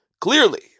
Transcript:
Clearly